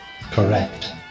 Correct